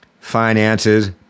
finances